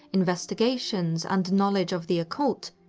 investigations and knowledge of the occult,